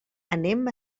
anem